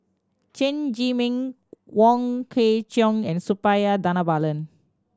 Chen Zhiming Wong Kwei Cheong and Suppiah Dhanabalan